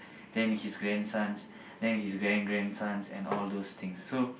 then his grandsons then his grand grandsons and all those things so